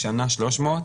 לשנה 300?